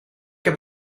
heb